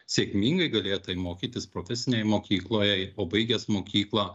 sėkmingai galėtai mokytis profesinėj mokykloj o baigęs mokyklą